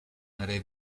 nelle